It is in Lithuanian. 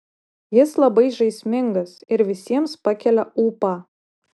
jis labai žaismingas ir visiems pakelia ūpą